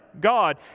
God